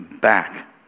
back